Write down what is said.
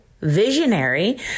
visionary